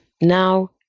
now